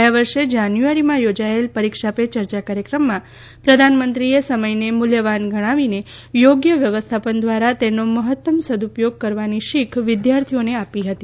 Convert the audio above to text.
ગયા વર્ષે જાન્યુઆરીમાં યોજાયેલા પરીક્ષા પે ચર્ચા કાર્યક્રમમાં પ્રધાનમંત્રીએ સમયને મૂલ્યવાન ગણાવીને યોગ્ય વ્યવસ્થાપન દ્રારા તેનો મહત્તમ સદ ઉપયોગ કરવાની શીખ વિદ્યાર્થીઓને આપી હતી